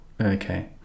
Okay